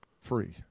Free